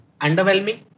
Underwhelming